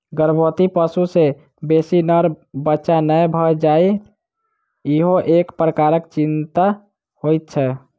गर्भवती पशु सॅ बेसी नर बच्चा नै भ जाय ईहो एक प्रकारक चिंता होइत छै